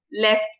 left